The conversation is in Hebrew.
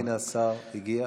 הינה, השר הגיע.